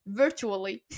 virtually